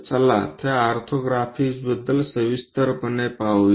चला त्या ऑर्थोग्राफिक्सबद्दल सविस्तरपणे पाहूया